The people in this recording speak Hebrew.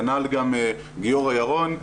כנ"ל גם גיורא ירון,